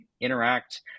interact